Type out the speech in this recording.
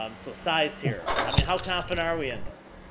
um so size here? i mean, how confident are we in this?